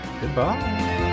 Goodbye